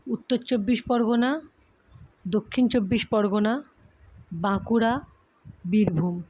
Uttar Chabbish Pargana Dakshin Chabbish Pargana Bankura Birbhum